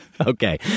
Okay